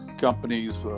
companies